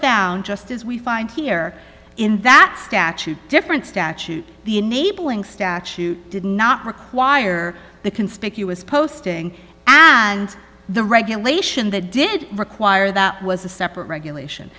found just as we find here in that statute different statute the enabling statute did not require the conspicuous posting and the regulation that did require that was a separate regulation